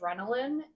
adrenaline